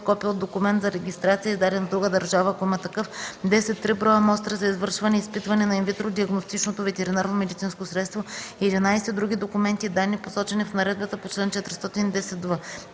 копие от документ за регистрация, издаден в друга държава, ако има такъв; 10. три броя мостри за извършване изпитване на инвитро диагностичното ветеринарномедицинско средство; 11. други документи и данни, посочени в наредбата по чл. 410в;